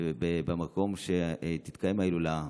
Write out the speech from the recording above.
במקום שתתקיים ההילולה,